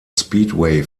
speedway